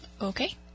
Okay